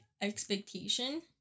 expectation